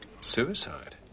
Suicide